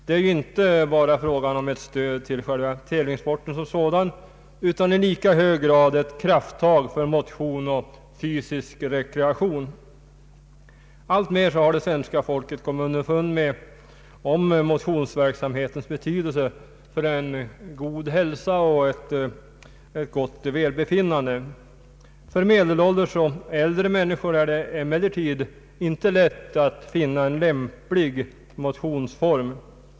Det är inte bara fråga om ett stöd till själva tävlingssporten som sådan utan i lika hög grad om ett krafttag för motion och fysisk rekreation. Det svenska folket har alltmer kommit underfund med motionsverksamhetens betydelse för god hälsa och välbefinnande. För medelålders och äldre människor är det emellertid inte lätt att finna en lämplig motionsform.